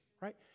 Right